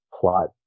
plot